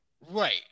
Right